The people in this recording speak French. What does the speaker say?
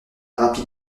rapide